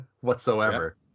whatsoever